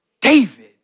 David